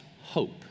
hope